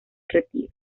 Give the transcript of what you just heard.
retiro